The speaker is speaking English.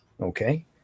okay